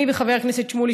אני וחבר הכנסת שמולי,